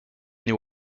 new